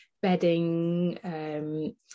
bedding